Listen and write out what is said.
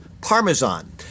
parmesan